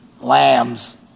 lambs